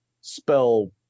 spell